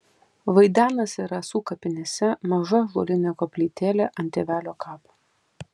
vaidenasi rasų kapinėse maža ąžuolinė koplytėlė ant tėvelio kapo